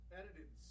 edited